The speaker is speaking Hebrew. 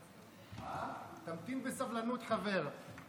תמתין בסבלנות, חבר.